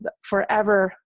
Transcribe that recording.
forever